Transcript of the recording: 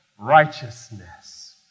righteousness